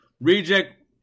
Reject